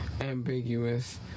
ambiguous